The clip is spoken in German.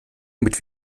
mit